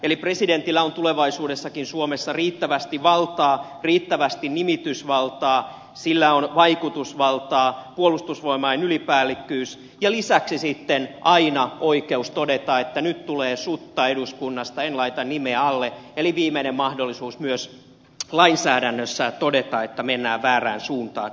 eli presidentillä on tulevaisuudessakin suomessa riittävästi valtaa riittävästi nimitysvaltaa hänellä on vaikutusvaltaa puolustusvoimain ylipäällikkyys ja lisäksi sitten aina oikeus todeta että nyt tulee sutta eduskunnasta en laita nimeäni alle eli viimeinen mahdollisuus myös lainsäädännössä todeta että mennään väärään suuntaan